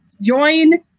join